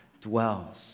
dwells